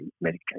medication